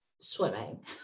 swimming